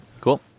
Cool